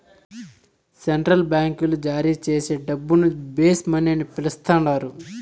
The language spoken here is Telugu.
సెంట్రల్ బాంకీలు జారీచేసే డబ్బును బేస్ మనీ అని పిలస్తండారు